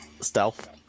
stealth